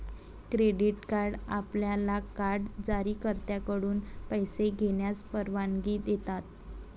credit card आपल्याला card जारीकर्त्याकडून पैसे घेण्यास परवानगी देतात